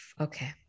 Okay